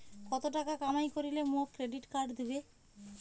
কত টাকা কামাই করিলে মোক ক্রেডিট কার্ড দিবে?